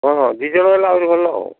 ହଁ ହଁ ଦୁଇଜଣ ହେଲେ ଆହୁରି ଭଲ ହେବ